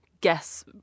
guess